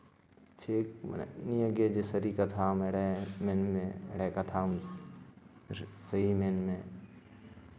fake ᱢᱟᱱᱮ ᱱᱤᱭᱟᱹ ᱜᱮ ᱡᱮ ᱥᱟᱹᱨᱤ ᱠᱟᱛᱷᱟ ᱟᱢ ᱮᱲᱮ ᱢᱮᱱᱢᱮ ᱮᱲᱮ ᱠᱟᱛᱷᱟ ᱟᱢ ᱥᱟᱹᱦᱤ ᱢᱮᱱ ᱢᱮ